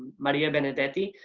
maria benedetti,